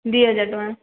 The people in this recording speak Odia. ଦୁଇ ହଜାର ଟଙ୍କା